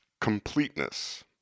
completeness